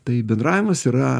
tai bendravimas yra